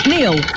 Neil